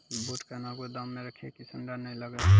बूट कहना गोदाम मे रखिए की सुंडा नए लागे?